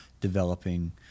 developing